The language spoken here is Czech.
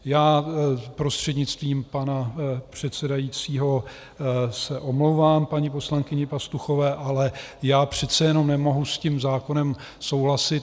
Já se prostřednictvím pana předsedajícího omlouvám paní poslankyni Pastuchové, ale přece jenom nemohu s tím zákonem souhlasit.